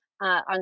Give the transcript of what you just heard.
On